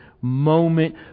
moment